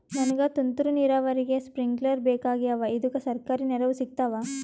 ನನಗ ತುಂತೂರು ನೀರಾವರಿಗೆ ಸ್ಪಿಂಕ್ಲರ ಬೇಕಾಗ್ಯಾವ ಇದುಕ ಸರ್ಕಾರಿ ನೆರವು ಸಿಗತ್ತಾವ?